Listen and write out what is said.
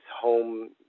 home